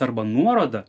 arba nuoroda